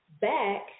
back